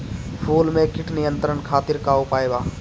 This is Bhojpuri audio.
फूल में कीट नियंत्रण खातिर का उपाय बा?